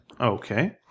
Okay